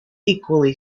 equally